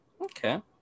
Okay